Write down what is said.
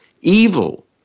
evil